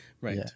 Right